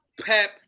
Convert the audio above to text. Pep